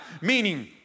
Meaning